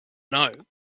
know